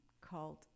called